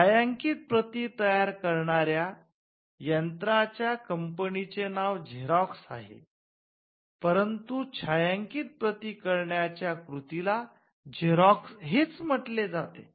छायांकित प्रती करणाऱ्या यंत्राच्या कंपनीचे नाव झेरॉक्स आहे परंतु छायांकित प्रती करण्याच्या कृतीला झेरॉक्स हेच म्हटले जाते